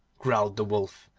growled the wolf.